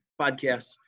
podcasts